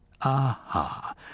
aha